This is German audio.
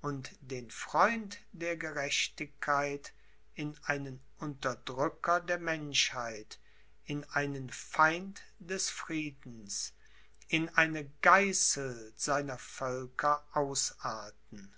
und den freund der gerechtigkeit in einen unterdrücker der menschheit in einen feind des friedens in eine geißel seiner völker ausarten